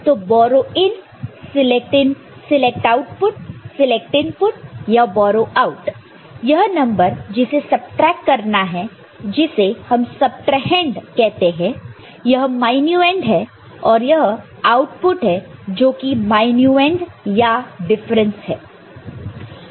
तो borrow in select output select input या borrow out यह नंबर जिसे सबट्रैक्ट करना है जिसे हम सबट्राहैंड कहते हैं यह मायन्यूएंड है और यह आउटपुट है जोकि मायन्यूएंड या डिफरेंस है